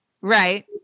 Right